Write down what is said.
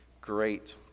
great